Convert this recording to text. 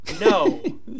No